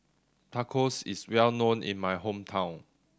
tacos is well known in my hometown